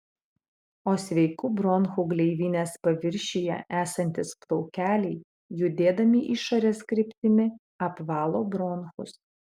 o sveikų bronchų gleivinės paviršiuje esantys plaukeliai judėdami išorės kryptimi apvalo bronchus